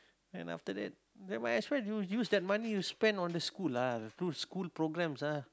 and after that then might as well you use that money you spend on the school lah do school programs ah